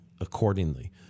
accordingly